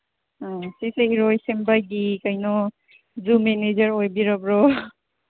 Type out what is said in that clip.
ꯑꯥ ꯁꯤꯁꯦ ꯏꯔꯣꯏꯁꯦꯝꯕꯒꯤ ꯀꯩꯅꯣ ꯖꯨ ꯃꯦꯅꯦꯖꯔ ꯑꯣꯏꯕꯤꯔꯕ꯭ꯔꯣ